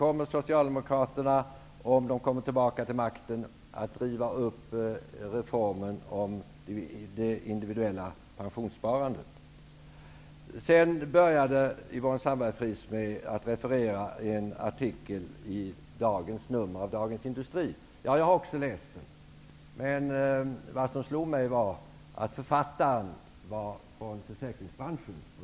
Kommer Socialdemokraterna, om de kommer tillbaka till makten, att riva upp reformen om det individuella pensionssparandet? Yvonne Sandberg-Fries refererade en artikel i dagens nummer av Dagens Industri. Jag har också läst den. Vad som slog mig var att författaren var från försäkringsbranschen.